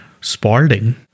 spalding